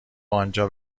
آنجا